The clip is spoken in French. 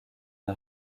n’a